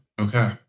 Okay